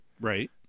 Right